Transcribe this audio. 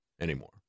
anymore